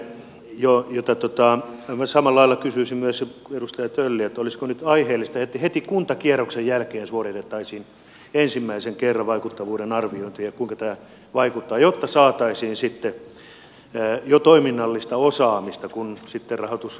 aivan samalla lailla kysyisin myös kuin edustaja tölli olisiko nyt aiheellista että heti kuntakierroksen jälkeen suoritettaisiin ensimmäisen kerran vaikuttavuuden arviointi kuinka tämä vaikuttaa jotta saataisiin sitten jo toiminnallista osaamista kun sitten rahoitus todellakin rupeaa muuttumaan